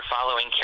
following